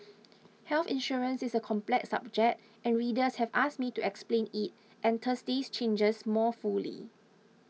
health insurance is a complex subject and readers have asked me to explain it and Thursday's changes more fully